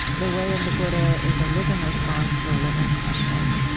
the way of the buddha is a living response to a living question.